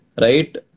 right